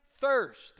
thirst